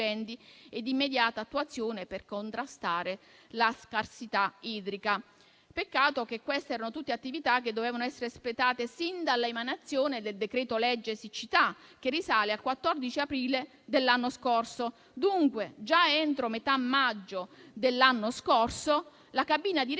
e di immediata attuazione per contrastare la scarsità idrica. Peccato che queste erano tutte attività che dovevano essere espletate sin dall'emanazione del decreto legge siccità, che risale a 14 aprile dell'anno scorso. Dunque già entro metà maggio dell'anno scorso la cabina di regia